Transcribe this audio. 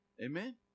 Amen